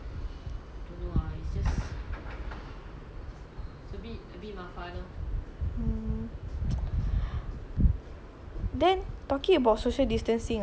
hmm then talking about social distancing ah what do you think of all these people crowding themselves inside the M_R_T